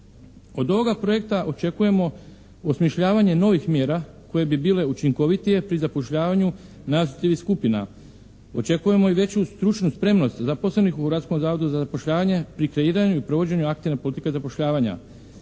Od ovoga projekta očekujemo osmišljavanje novih mjera koje bi bile učinkovitije pri zapošljavanju … /Ne razumije se./ … skupina. Očekujemo i veću stručnu spremnost zaposlenih u gradskom zavodu za zapošljavanje pri kreiranju i provođenju aktivne politike zapošljavanja.